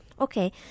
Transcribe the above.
Okay